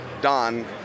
Don